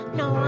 no